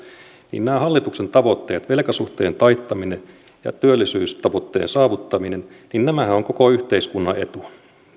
niin hallituksen tavoitteet velkasuhteen taittaminen ja työllisyystavoitteen saavuttaminen nämähän ovat koko yhteiskunnan etu